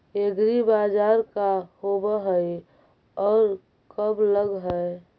एग्रीबाजार का होब हइ और कब लग है?